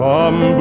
Come